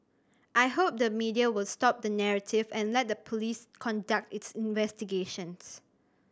I hope the media will stop the narrative and let the police conduct its investigations